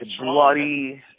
bloody